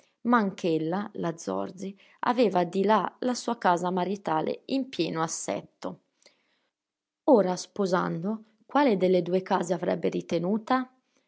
moglie ma anch'ella la zorzi aveva di là la sua casa maritale in pieno assetto ora sposando quale delle due case avrebbero ritenuta